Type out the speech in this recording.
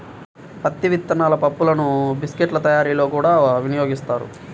పత్తి విత్తనాల పప్పులను బిస్కెట్ల తయారీలో కూడా వినియోగిస్తారు